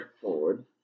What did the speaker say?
forward